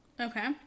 Okay